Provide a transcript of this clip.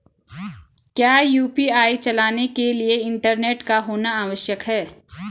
क्या यु.पी.आई चलाने के लिए इंटरनेट का होना आवश्यक है?